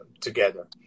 together